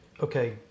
okay